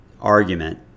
argument